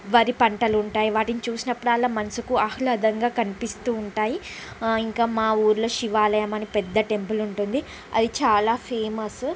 వరి పంటలుంటాయి వాటిని చూసినప్పుడల్లా మనసుకు ఆహ్లాదంగా కనిపిస్తూ ఉంటాయి ఇంక మా ఊరిలో శివాలయం అని పెద్ద టెంపుల్ ఉంటుంది అది చాలా ఫేమసు